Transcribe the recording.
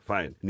Fine